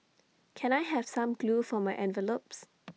can I have some glue for my envelopes